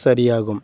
சரியாகும்